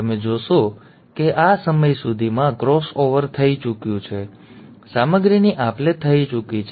અને તમે જોશો કે આ સમય સુધીમાં ક્રોસ ઓવર થઈ ચૂક્યું છે સામગ્રીની આપ લે થઈ ચૂકી છે